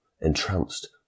entranced